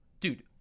Dude